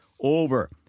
over